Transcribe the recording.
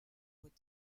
with